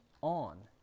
on